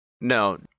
No